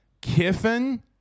Kiffin